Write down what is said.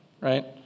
right